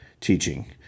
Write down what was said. teaching